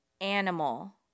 animal